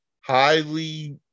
highly